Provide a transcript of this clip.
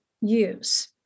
use